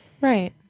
Right